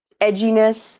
edginess